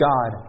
God